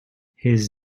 his